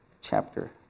chapter